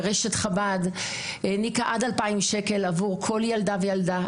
רשת חב"ד העניקה עד 2,000 שקלים עבור כל ילדה וילדה.